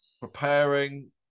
Preparing